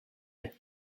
est